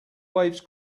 waves